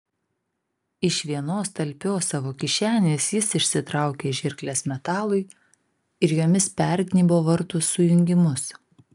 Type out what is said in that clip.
iš vienos talpios savo kišenės jis išsitraukė žirkles metalui ir jomis pergnybo vartų sujungimus